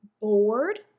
bored